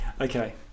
Okay